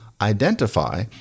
identify